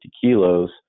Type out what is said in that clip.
kilos